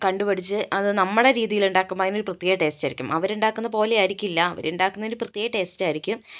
കണ്ട് പഠിച്ച് അത് നമ്മുടെ രീതിയിലുണ്ടാക്കുമ്പോൾ അതിന് ഒരു പ്രത്യേക ടേസ്റ്റായിരിക്കും അവരുണ്ടാക്കുന്ന പോലെയായിരിക്കില്ല അവരുണ്ടാക്കുന്നതിന് പ്രത്യേക ടേസ്റ്റായിരിക്കും